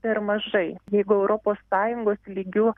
per mažai jeigu europos sąjungos lygiu